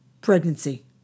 pregnancy